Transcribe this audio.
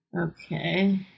Okay